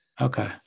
Okay